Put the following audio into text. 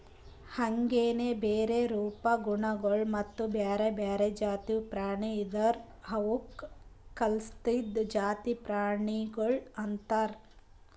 ಹಾಂಗೆನೆ ಬೇರೆ ರೂಪ, ಗುಣಗೊಳ್ ಮತ್ತ ಬ್ಯಾರೆ ಬ್ಯಾರೆ ಜಾತಿವು ಪ್ರಾಣಿ ಇದುರ್ ಅವುಕ್ ಕಲ್ಸಿದ್ದು ಜಾತಿ ಪ್ರಾಣಿಗೊಳ್ ಅಂತರ್